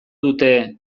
dute